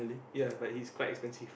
ya but he is quite expensive